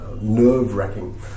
nerve-wracking